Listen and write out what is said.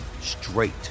straight